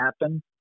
happen